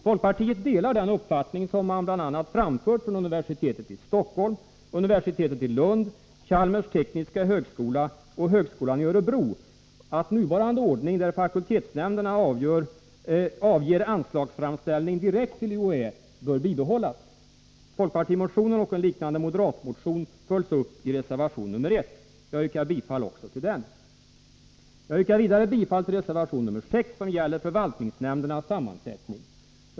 Folkpartiet delar den uppfattning man bl.a. framfört från universitetet i Stockholm, universitetet i Lund, Chalmers tekniska högskola och högskolan i Örebro, nämligen att nuvarande ordning där fakultetsnämnderna avger anslagsframställning direkt till UHÄ, bör bibehållas. Folkpartimotionen och en liknande moderatmotion följs upp i reservation nr 1. Jag yrkar bifall även till den. Jag yrkar vidare bifall till reservation nr 6 som gäller förvaltningsnämndernas sammansättning.